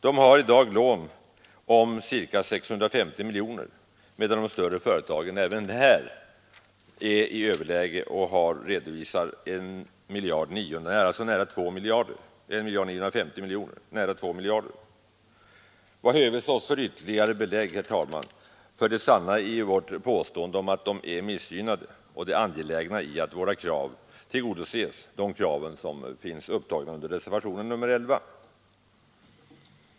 De har i dag lån om ca 650 miljoner, medan de större företagen även här är i överläge och redovisar nära 2 miljarder. Vad höves oss för ytterligare belägg, herr talman, för det sanna i vårt påstående att de små företagen är missgynnade och för det angelägna i att våra krav tillgodoses, de krav som finns angivna i reservationen 11?